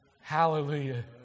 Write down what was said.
Hallelujah